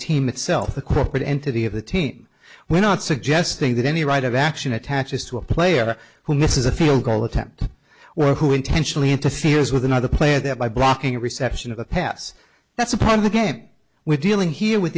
team itself the corporate entity of the team we're not suggesting that any right of action attaches to a player who misses a field goal attempt well who intentionally interferes with another player thereby blocking reception of a pass that's a part of the game we're dealing here with